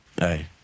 Hey